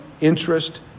interest